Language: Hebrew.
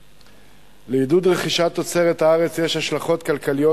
לעידוד רכישת תוצרת הארץ יש השלכות כלכליות,